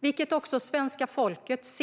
Detta anser också svenska folket